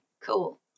cool